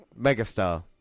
megastar